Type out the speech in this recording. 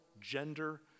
gender